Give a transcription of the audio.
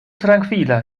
trankvila